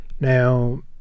Now